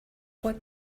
want